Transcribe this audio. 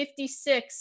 56